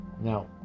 Now